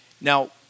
Now